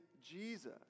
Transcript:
Jesus